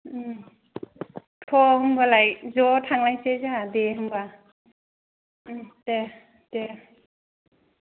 थौ होमबालाय ज' थांलायनोसै जोंहा दे होनबा ओं दे दे